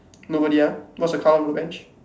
nobody ah what's the colour of the bench